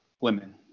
women